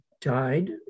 died